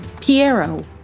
Piero